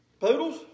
Poodles